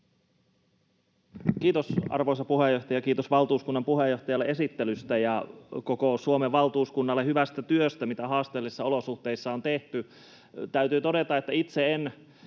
Kiitos, arvoisa puheenjohtaja! Ja kiitos valtuuskunnan puheenjohtajalle esittelystä ja koko Suomen valtuuskunnalle hyvästä työstä, mitä haasteellisissa olosuhteissa on tehty. Täytyy todeta, että itse en